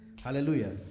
hallelujah